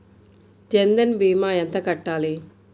జన్ధన్ భీమా ఎంత కట్టాలి?